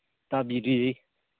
ꯇꯥꯕꯤꯔꯤ